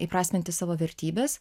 įprasminti savo vertybes